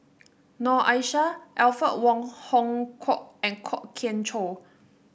Noor Aishah Alfred Wong Hong Kwok and Kwok Kian Chow